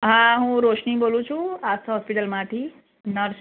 હા હું રોશની બોલું છું આસ્થા હોસ્પિટલમાંથી નર્સ